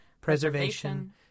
preservation